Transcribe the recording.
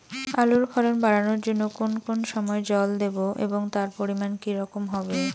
আলুর ফলন বাড়ানোর জন্য কোন কোন সময় জল দেব এবং তার পরিমান কি রকম হবে?